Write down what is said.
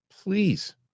please